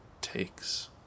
takes